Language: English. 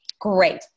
great